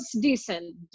decent